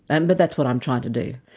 and but that's what i'm trying to do.